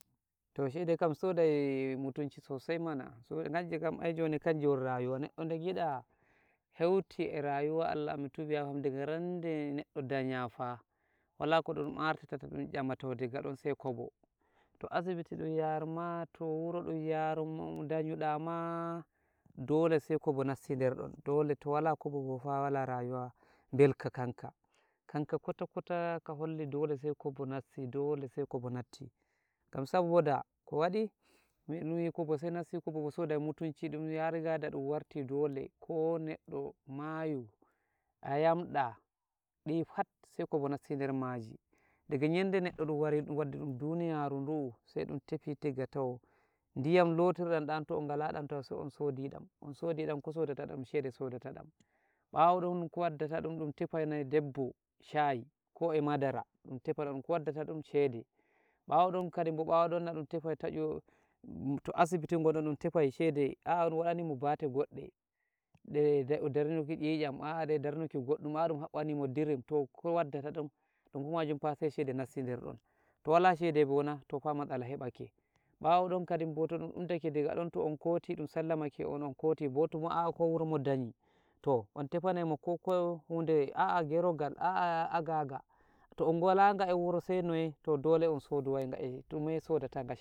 To shede kam, sodai mutunci sosai mana, kanje kam, ai joni kanje ngon rayuwa, neɗɗo de ngiɗa heuti e rayuwa, Allah mi tubi yafam, diga rande neɗɗo danya fah, wala ko ɗum artata, ɗun nyama tau daga don sai kobo, to asibiti ɗun yarma, to wuro ɗun yar danyuɗa ma, dole sai kobo nassi der ɗon, dole, to wala kobo bofah wala rayuwa belka kankam kuta kuta kuhulli dolesai kabo nassi dole sai kobo natti kam saboda kuwaɗi moyi kobo sai nasi, kobo sudai mutunci ɗome yarigada ɗun warti dole ko ko neɗɗo mayu a yamɗa dipat sai kobo nassider maji daga yende neddo dun wari ɗun waddi ɗon duniyaru nɗu sai ɗun tafi tefoki diyam lotir ɗam dan toɗon galaɗam sai ɗon soɗiɗam unsuɗai ɗam kusau daɗam daɗam shede soɗata ɗam bawo ɗon ko wadda ta ɗon tafai debbo shayi ko e madara ko wadda taɗum shede ɓayoɗon kadinbo noɗon tafaito asibiti guɗun tafai shede a ɗon waɗani a batel guɓɗe dernuki ɗiɗam aɗe ɗarnuki guɗɗam ɗon haɓɓini dirif toko waddaɗum donfo sai shedake nassi derdon, to wala shede bona tofah matsala heɓake. Bawoɗon kadinbo to ɗondun take daga don to on koti ɗun sallamake on on koti, a ko wuro mo danyi, to ontafa naimo ko ko hunde gerogal, a agaga, to on galaga ewuro sai noye? to dole on sodo waiga, dume sedota?